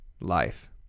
life